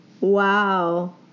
Wow